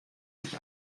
sich